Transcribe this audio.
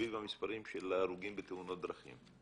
סביב המספרים של ההרוגים בתאונות דרכים.